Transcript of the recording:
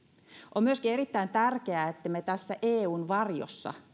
on myöskin erittäin tärkeää että me eun varjossa